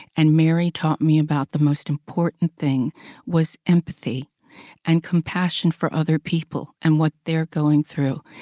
and mary taught me about the most important thing was empathy and compassion for other people and what they're going through.